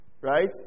right